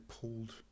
pulled